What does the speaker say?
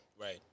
Right